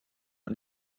und